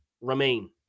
remain